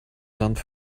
sand